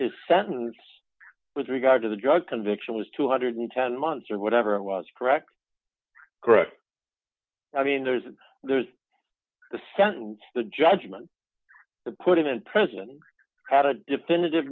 his sentence with regard to the drug conviction was two hundred and ten months or whatever it was correct correct i mean there's a there's the sentence the judgment put him in prison for a definitive